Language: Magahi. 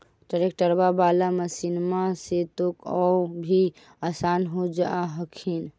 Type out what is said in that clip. ट्रैक्टरबा बाला मसिन्मा से तो औ भी आसन हो जा हखिन?